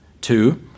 Two